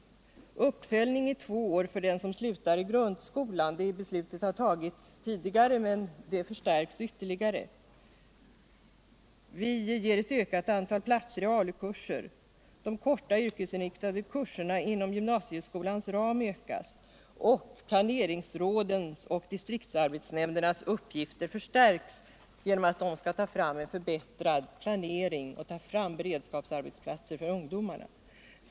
Beslutet om uppföljning i två år för den som slutar i grundskolan har ju fattats tidigare, men åtgärden förstärks ytterligare. Vi ger utrymme för ett ytterligare ökat antal platser i AMU-kurser, de korta yrkesinriktade kurserna inom gymnasieskolans ram ökar i antal, och planeringsråden och distriktsarbetsnämndernas uppgifter förstärks genom att de skall ta fram en förbättrad planering och skapa beredskapsarbeten för ungdomarna.